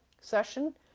session